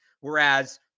Whereas